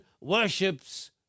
worships